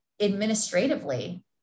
administratively